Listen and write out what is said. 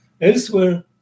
elsewhere